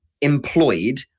employed